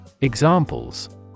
Examples